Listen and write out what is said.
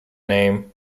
name